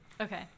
Okay